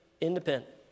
independent